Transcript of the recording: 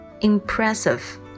Impressive